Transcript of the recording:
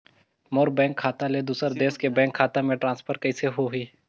मोर bank खाता ले दुसर देश के बैंक खाता मे ट्रांसफर कइसे होही?